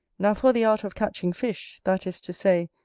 now for the art of catching fish, that is to say,